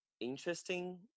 interesting